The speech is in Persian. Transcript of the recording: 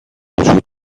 وجود